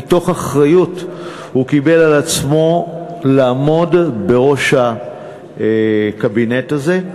מתוך אחריות הוא קיבל על עצמו לעמוד בראש הקבינט הזה.